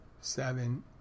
seven